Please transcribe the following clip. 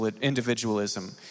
individualism